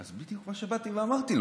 אז זה בדיוק מה שאמרתי לו.